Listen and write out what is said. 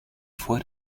vor